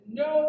no